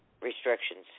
restrictions